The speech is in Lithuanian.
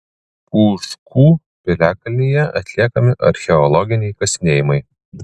pūškų piliakalnyje atliekami archeologiniai kasinėjimai